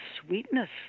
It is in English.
sweetness